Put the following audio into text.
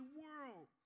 world